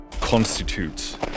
constitutes